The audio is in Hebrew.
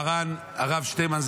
מרן הרב שטינמן,